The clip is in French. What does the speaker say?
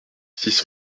six